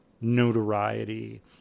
notoriety